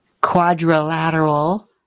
quadrilateral